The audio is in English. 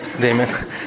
Damon